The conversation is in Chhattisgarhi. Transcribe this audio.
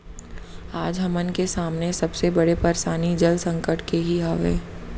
आज हमन के सामने सबले बड़े परसानी जल संकट के ही हावय